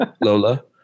Lola